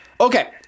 Okay